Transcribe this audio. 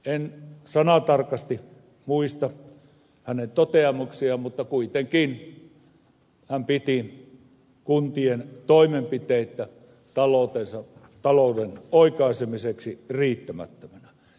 en sanatarkasti muista hänen toteamuksiaan mutta kuitenkin hän piti kuntien toimenpiteitä talouden oikaisemiseksi riittämättöminä